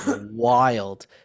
wild